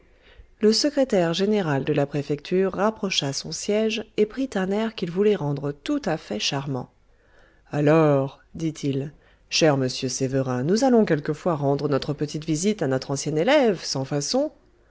le secrétaire général de la préfecture rapprocha son siège et prit un air qu'il voulait rendre tout à fait charmant alors dit-il cher monsieur sévérin nous allons quelquefois rendre notre petite visite à notre ancien élève sans façon